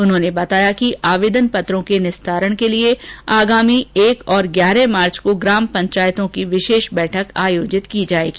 उन्होंने बताया कि आवेदन पत्रों के निस्तारण के लिए आगामी एक और ग्यारह मार्च को ग्राम पंचायतों की विशेष बैठक आयोजित की जाएगी